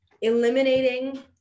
eliminating